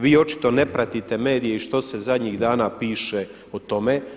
Vi očito ne pratite medije i što se zadnjih dana piše o tome.